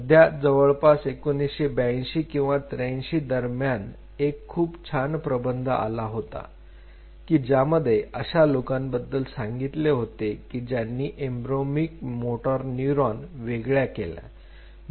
सध्या जवळपास 1982 किंवा 83 यादरम्यान एक खूप छान प्रबंध आला होता की ज्यामध्ये अशा लोकांबद्दल सांगितले होते की ज्यांनी एम्ब्र्योनिक मोटर न्यूरॉन वेगळ्या केल्या